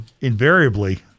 invariably